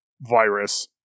virus